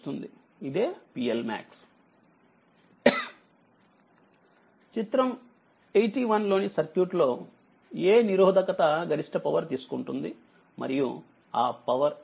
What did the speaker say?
ఇదేPLmax చిత్రం 81 లోని సర్క్యూట్ లోఏ నిరోధకత గరిష్ట పవర్ తీసుకుంటుంది మరియు ఆ పవర్ ఎంత